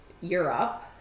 europe